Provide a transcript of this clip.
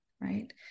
right